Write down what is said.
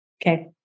Okay